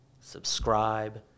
subscribe